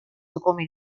come